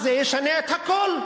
אז זה משנה את הכול.